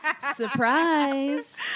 Surprise